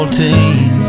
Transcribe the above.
team